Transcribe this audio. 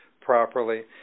properly